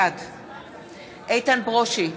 בעד איתן ברושי,